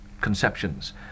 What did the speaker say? conceptions